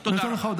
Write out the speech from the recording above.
תודה.